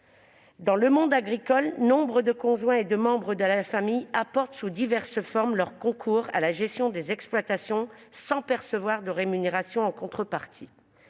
Dans le monde agricole, nombre de conjoints et de membres de la famille apportent, sous diverses formes, leur concours à la gestion des exploitations, sans percevoir de rémunération en contrepartie.